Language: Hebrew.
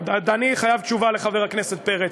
אני חייב תשובה לחבר הכנסת פרץ.